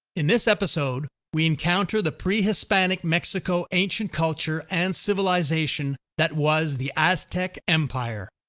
in this episode, we encounter the pre-hispanic mexico ancient culture and civilization that was the aztec empire.